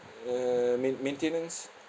err main~ maintenance